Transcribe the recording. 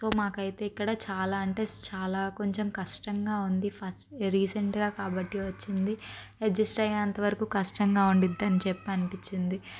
so మాకైతే ఇక్కడ చాలా అంటే చాలా కొంచెం కష్టంగా ఉంది ఫస్ట్ రీసెంట్గా కాబట్టి వచ్చింది అడ్జెస్ట్ అయ్యేంత వరకూ కొంచెం కష్టంగా ఉండిద్ది అని చెప్పి అనిపించింది